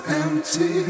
empty